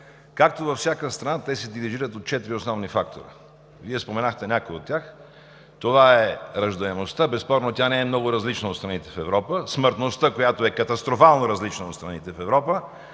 Както във всяка страна, те се дирижират от четири основни фактора. Вие споменахте някои от тях. Това е раждаемостта – безспорно тя не е много различна в страните от Европа; смъртността, която е катастрофално различна от страните в Европа;